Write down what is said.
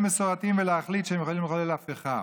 מסורתיים ולהחליט שהם יכולים לחולל הפיכה.